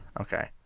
Okay